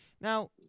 Now